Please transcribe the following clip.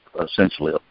essentially